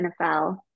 NFL